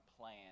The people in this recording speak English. plan